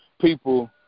people